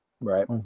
Right